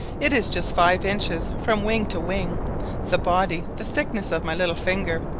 it is just five inches from wing to wing the body the thickness of my little finger,